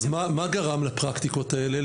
אז מה גרם לפרקטיקות האלה,